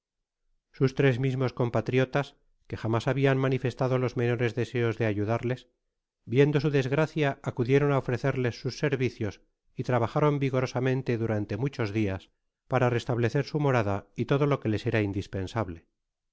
sus tres mismos compatriotas que jamás habian manifestado los menores deseos de ayudarles viendo su desgracia acudieron á ofrecerles sus servicios y trabajaron vigorosamente durante muchos dias para restablecer su morada y todo lo que les era indispensable